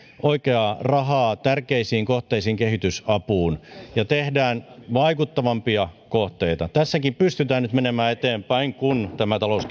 oikeaa rahaa tärkeisiin kohteisiin kehitysapuun ja tehdään vaikuttavampia kohteita tässäkin pystytään nyt menemään eteenpäin kun tämä talous